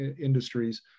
industries